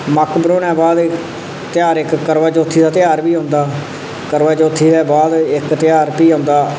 मक्क बढोने दे बाद इक तेहार इक करबा चौथी दा तेहार होंदा करबा चौथी दे बाद इक तेहार भी औंदा